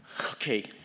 Okay